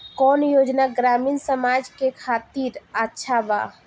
कौन योजना ग्रामीण समाज के खातिर अच्छा बा?